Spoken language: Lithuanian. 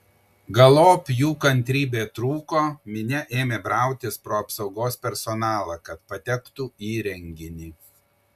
galop jų kantrybė trūko minia ėmė brautis pro apsaugos personalą kad patektų į renginį